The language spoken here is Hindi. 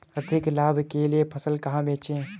अधिक लाभ के लिए फसल कहाँ बेचें?